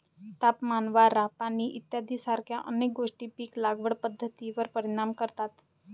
तापमान, वारा, पाणी इत्यादीसारख्या अनेक गोष्टी पीक लागवड पद्धतीवर परिणाम करतात